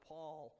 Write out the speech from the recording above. Paul